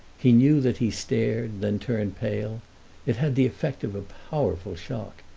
he knew that he stared, then turned pale it had the effect of a powerful shock.